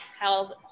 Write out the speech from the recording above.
held